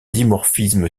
dimorphisme